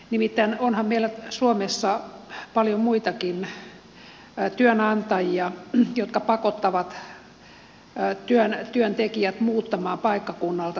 nimittäin onhan meillä suomessa paljon muitakin työnantajia jotka pakottavat työntekijät muuttamaan paikkakunnalta toiselle